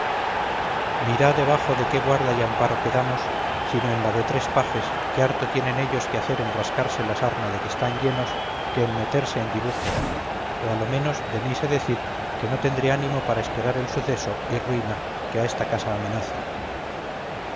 mirá debajo de qué guarda y amparo quedamos sino en la de tres pajes que harto tienen ellos que hacer en rascarse la sarna de que están llenos que en meterse en dibujos a lo menos de mí sé decir que no tendré ánimo para esperar el suceso y ruina que a esta casa amenaza